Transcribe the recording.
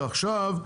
ועכשיו,